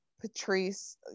patrice